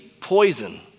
poison